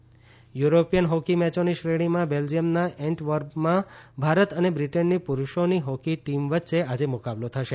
hockey European hockey મેચોની શ્રેણીમાં બેલ્જીયમના એન્ટવર્પમાં ભારત અને બ્રીટનની પુરૂષોની હોકી ટીમ વચ્ચે આજે મુકાબલો થશે